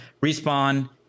respawn